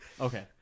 Okay